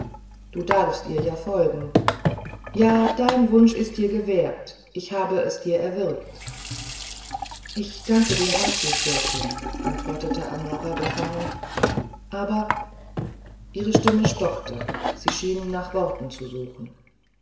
du darfst ihr ja folgen ja dein wunsch ist dir gewährt ich habe es dir erwirkt ich danke dir herzlich fürstin antwortete amara befangen aber ihre stimme stockte sie schien nach worten zu suchen